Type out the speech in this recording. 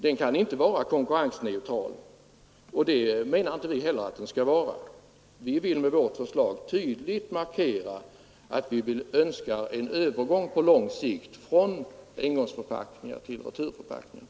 Den kan inte vara konkurrensneutral, och det menar vi inte heller att den skall vara. Vi vill med vårt förslag tydligt markera att vi önskar en övergång på lång sikt från engångsförpackningar till returförpackningar.